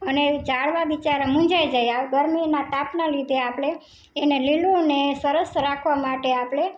અને ર ઝાડવાં બિચારા મૂંઝાઈ જાય આ ગરમીના તાપના લીધે આપણે એને લીલુંને સરસ રાખવા માટે આપણે